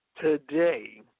today